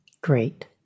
Great